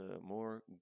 more